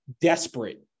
desperate